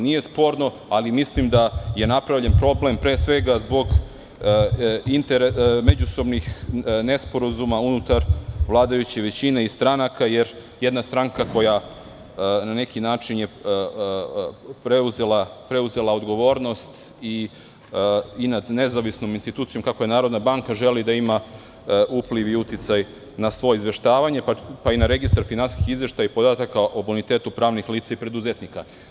Nije sporno, ali mislim da je napravljen problem pre svega zbog međusobnih nesporazuma unutar vladajuće većine i stranaka jer jedna stranka koja je na neki način preuzela odgovornost i nad nezavisnom institucijom kakva je Narodna banka, želi da ima upliv i uticaj na svoje izveštavanje, pa i na Registar finansijskih izveštaja i podataka o bonitetu pravnih lica i preduzetnika.